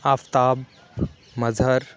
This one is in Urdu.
آفتاب مظہر